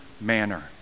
manner